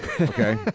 Okay